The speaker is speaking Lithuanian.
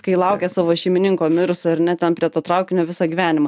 kai laukia savo šeimininko mirusio ar ne ten prie to traukinio visą gyvenimą